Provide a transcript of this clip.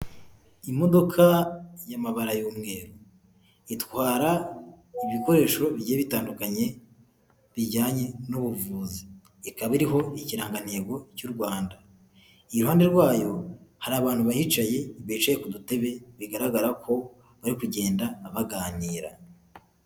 Imodoka y'amabara y'umweru. Itwara ibikoresho bigiye bitandukanye, bijyanye n'ubuvuzi. Ikaba iriho ikirangantego cy'u Rwanda. Iruhande rwayo hari abantu bihicaye, bicaye ku dutebe, bigaragara ko bari kugenda baganira.